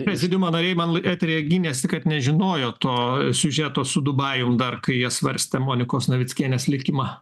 prezidiumo nariai man eteryje gynėsi kad nežinojo to siužeto su dubajum dar kai jie svarstė monikos navickienės likimą